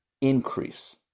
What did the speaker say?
increase